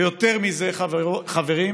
ויותר מזה, חברים,